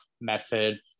method